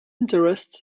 interests